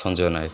Sanjay Nayak